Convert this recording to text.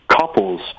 couples